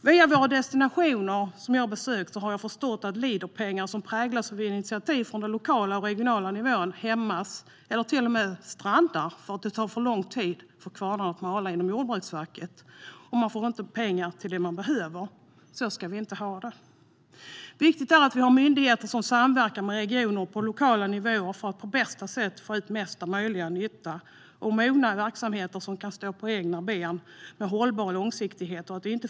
Vid de destinationer som jag har rest till har jag förstått att Leaderpengar som präglas av initiativ från den lokala och regionala nivån hämmas eller till och med strandar för att det tar för lång tid för kvarnarna inom Jordbruksverket att mala, och man får inte pengar till det man behöver. Så ska vi inte ha det. Viktigt är att vi har myndigheter som samverkar med regioner och på lokal nivå för att på bästa sätt få ut mesta möjliga nytta liksom att vi har mogna verksamheter som kan stå på egna ben med hållbar långsiktighet.